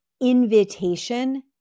invitation